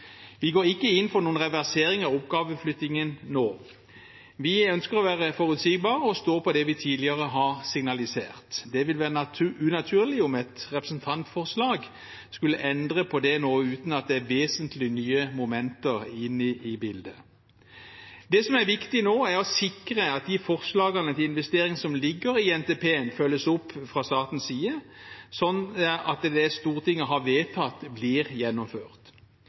Vi går ikke inn for noen reversering av oppgaveflyttingen nå. Vi ønsker å være forutsigbare og stå på det vi tidligere har signalisert. Det ville være unaturlig om et representantforslag skulle endre på det nå uten at det er vesentlig nye momenter inne i bildet. Det som er viktig nå, er å sikre at de forslagene til investering som ligger i NTP-en, følges opp fra statens side, slik at det Stortinget har vedtatt, blir gjennomført.